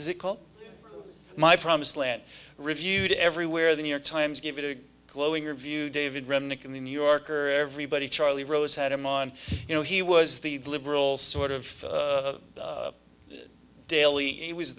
is it called my promised land reviewed everywhere the new york times give it a glowing review david remnick in the new yorker everybody charlie rose had him on you know he was the liberal sort of daily it was